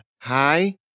Hi